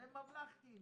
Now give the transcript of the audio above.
והם ממלכתיים,